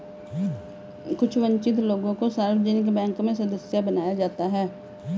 कुछ वन्चित लोगों को सार्वजनिक बैंक में सदस्य बनाया जाता है